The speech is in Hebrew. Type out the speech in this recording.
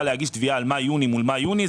להגיש תביעה על מאי-יוני מול מאי-יוני.